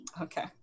Okay